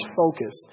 focus